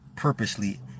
Purposely